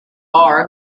bar